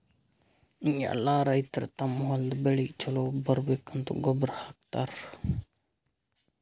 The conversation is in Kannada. ಎಲ್ಲಾ ರೈತರ್ ತಮ್ಮ್ ಹೊಲದ್ ಬೆಳಿ ಛಲೋ ಬರ್ಬೇಕಂತ್ ಗೊಬ್ಬರ್ ಹಾಕತರ್